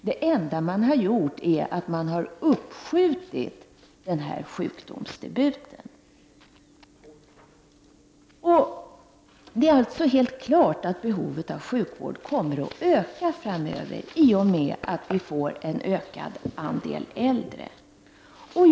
Det enda som har skett är att sjukdomsdebuten har uppskjutits. Det är alltså helt klart att behovet av sjukvård kommer att öka framöver i och med att andelen äldre blir större.